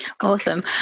Awesome